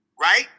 Right